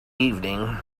evening